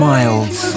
Miles